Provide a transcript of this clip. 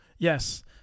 yes